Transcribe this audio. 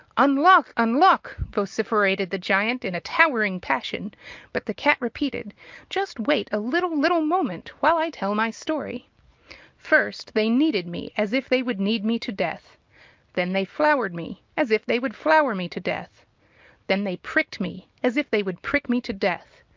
unlock! unlock! vociferated the giant in a towering passion but the cat repeated just wait a little, little moment, while i tell my story first they kneaded me as if they would knead me to death then they floured me as if they would flour me to death then they pricked me as if they would prick me to death.